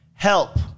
Help